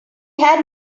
had